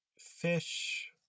fish